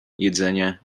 jedzenie